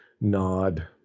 nod